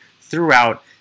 throughout